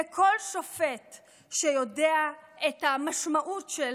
כל שופט שיודע את המשמעות של